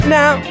now